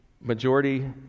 majority